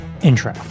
intro